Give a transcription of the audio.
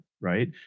right